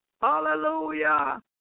Hallelujah